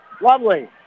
Lovely